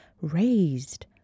raised